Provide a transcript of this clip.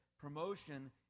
promotion